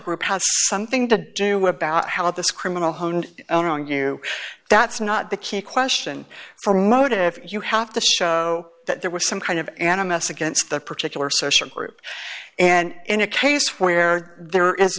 group had something to do about how this criminal honed in on you that's not the key question for motive you have to show that there was some kind of an m s against the particular social group and in a case where there is